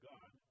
God